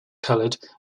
colored